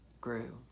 grew